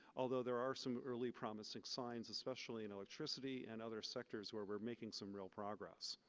although there are some early promising signs, especially in electricity and other sectors where we're making some real progress.